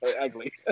ugly